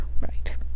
right